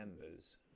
members